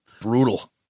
brutal